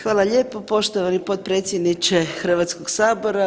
Hvala lijepo poštovani potpredsjedniče Hrvatskog sabora.